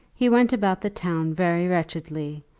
he went about the town very wretchedly,